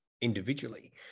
individually